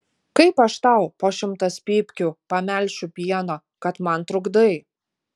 kaip aš tau po šimtas pypkių pamelšiu pieno kad man trukdai